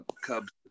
Cubs